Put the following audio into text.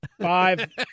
five